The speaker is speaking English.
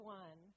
one